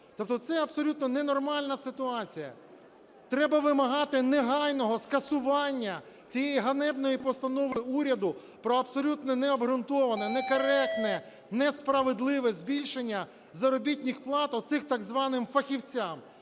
Тобто це абсолютно ненормальна ситуація. треба вимагати негайного скасування цієї ганебної постанови уряду про абсолютно необґрунтоване некоректне несправедливе збільшення заробітних плат оцим так званим фахівцям.